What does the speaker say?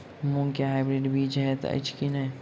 मूँग केँ हाइब्रिड बीज हएत अछि की नै?